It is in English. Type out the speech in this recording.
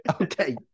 Okay